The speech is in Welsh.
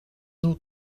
nhw